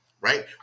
right